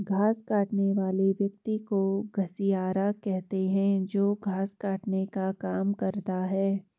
घास काटने वाले व्यक्ति को घसियारा कहते हैं जो घास काटने का काम करता है